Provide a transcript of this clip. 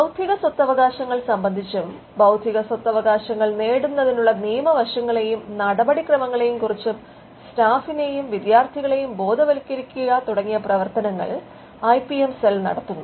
ബൌദ്ധിക സ്വത്തവകാശങ്ങൾ സംബന്ധിച്ചും ബൌദ്ധിക സ്വത്തവകാശങ്ങൾ നേടുന്നതിനുള്ള നിയമവശങ്ങളെയും നടപടിക്രമങ്ങളെക്കുറിച്ചും സ്റ്റാഫിനെയും വിദ്യാർത്ഥികളെയും ബോധവത്കരിക്കുക തുടങ്ങിയ പ്രവർത്തനങ്ങൾ ഐ പി എം സെൽ നടത്തുന്നു